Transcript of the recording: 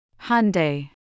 Hyundai